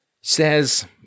says